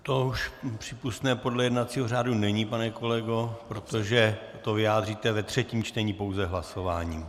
To už přípustné podle jednacího řádu není, pane kolego, protože to vyjádříte ve třetím čtení pouze hlasováním.